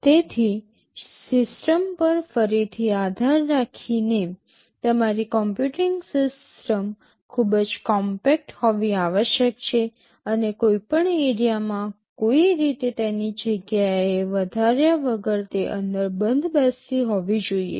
તેથી સિસ્ટમ પર ફરીથી આધાર રાખીને તમારી કમ્પ્યુટિંગ સિસ્ટમ ખૂબ જ કોમ્પેક્ટ હોવી આવશ્યક છે અને કોઈપણ એરિયામાં કોઈ રીતે તેની જગ્યાને વધાર્યા વગર તે અંદર બંધબેસતી હોવી જોઈએ